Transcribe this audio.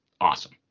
awesome